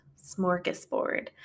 smorgasbord